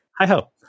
Hi-ho